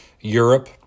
Europe